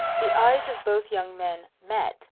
the eyes of both young men met,